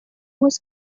was